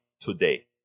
today